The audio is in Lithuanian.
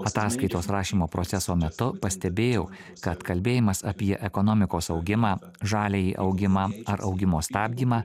ataskaitos rašymo proceso metu pastebėjau kad kalbėjimas apie ekonomikos augimą žaliąjį augimą ar augimo stabdymą